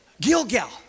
Gilgal